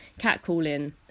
catcalling